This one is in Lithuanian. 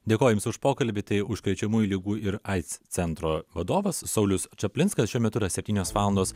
dėkoju jums už pokalbį tai užkrečiamųjų ligų ir aids centro vadovas saulius čaplinskas šiuo metu yra septynios valandos